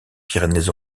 pyrénées